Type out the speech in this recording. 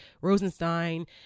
Rosenstein